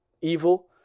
evil